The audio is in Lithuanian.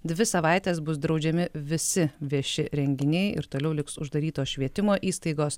dvi savaites bus draudžiami visi vieši renginiai ir toliau liks uždarytos švietimo įstaigos